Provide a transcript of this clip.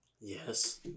Yes